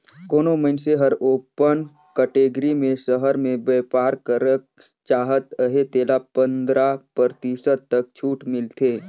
कोनो मइनसे हर ओपन कटेगरी में सहर में बयपार करेक चाहत अहे तेला पंदरा परतिसत तक छूट मिलथे